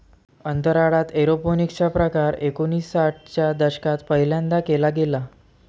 अंतराळात एरोपोनिक्स चा प्रकार एकोणिसाठ च्या दशकात पहिल्यांदा केला गेला